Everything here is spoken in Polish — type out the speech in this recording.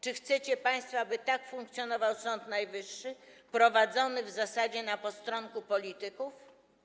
Czy chcecie państwo, aby tak funkcjonował Sąd Najwyższy, prowadzony w zasadzie na postronku polityków?